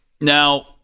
Now